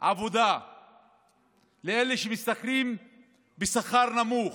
עבודה לאלה שמשתכרים שכר נמוך,